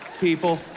people